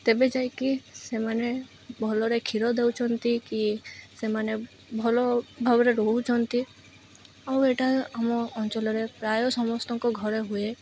ତେବେ ଯାଇକି ସେମାନେ ଭଲରେ କ୍ଷୀର ଦେଉଛନ୍ତି କି ସେମାନେ ଭଲ ଭାବରେ ରହୁଛନ୍ତି ଆଉ ଏଇଟା ଆମ ଅଞ୍ଚଲରେ ପ୍ରାୟ ସମସ୍ତଙ୍କ ଘରେ ହୁଏ